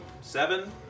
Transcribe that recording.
Seven